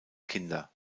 kinder